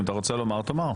אם אתה רוצה לומר תאמר,